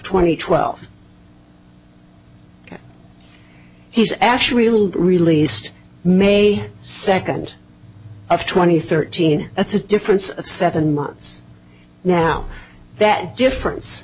twenty twelve he's ash really released may second of twenty thirteen that's a difference of seven months now that difference